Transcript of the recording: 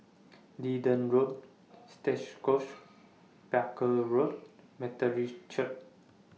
Leedon Road Stangee Close Barker Road Methodist Church